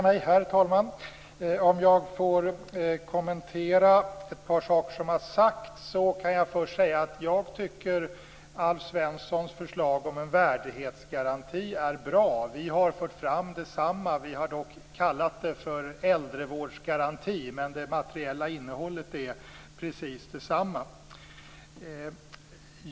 Herr talman! Om jag får kommentera ett par saker som har sagts, kan jag först säga att jag tycker att Alf Svenssons förslag om en värdighetsgaranti är bra. Vi har fört fram detsamma. Vi har dock kallat det för äldrevårdsgaranti, men det materiella innehållet är precis detsamma.